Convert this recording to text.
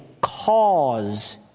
cause